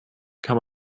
kann